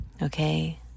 Okay